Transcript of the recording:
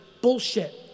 Bullshit